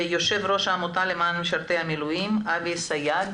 יו"ר העמותה למען משרתי המילואים אבי סייג